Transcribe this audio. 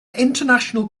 international